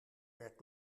werd